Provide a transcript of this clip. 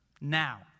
Now